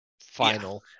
final